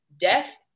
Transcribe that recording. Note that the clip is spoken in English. death